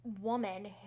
woman